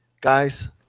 Guys